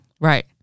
Right